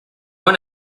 one